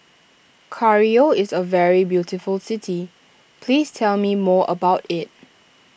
Cairo is a very beautiful city please tell me more about it